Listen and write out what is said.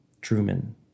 Truman